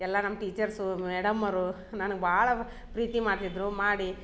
ಎಲ್ಲ ನಮ್ಮ ಟೀಚರ್ಸು ಮೇಡಮರು ನನ್ಗ ಭಾಳ ಪ್ರೀತಿ ಮಾಡ್ತಿದ್ದರು ಮಾಡಿ